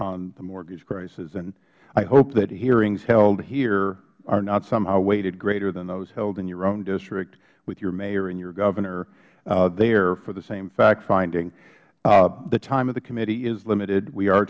on the mortgage crisis and i hope that hearings held here are not somehow weighted greater than those held in your own district with your mayor and your governor there for the same factfinding the time of the committee is limited we are